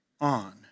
on